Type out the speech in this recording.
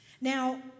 Now